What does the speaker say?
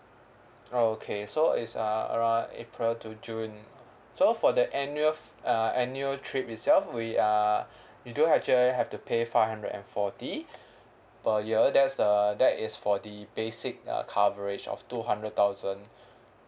okay so it's uh around april to june so for the annual uh annual trip itself we uh you do actually have to pay five hundred and forty per year that's the that is for the basic uh coverage of two hundred thousand